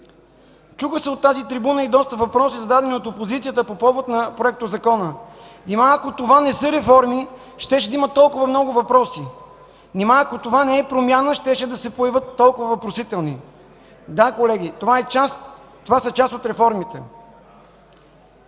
Чуха се от тази трибуна и доста въпроси, зададени от опозицията по повод на проектозакона. Нима, ако това не са реформи, щеше да има толкова много въпроси? Нима, ако това не е промяна, щяха да се появят толкова въпросителни? Да, колеги, това са част от реформите.